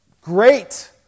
great